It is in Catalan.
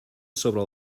sobre